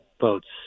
votes